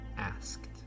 Asked